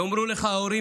יאמרו לך ההורים,